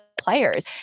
players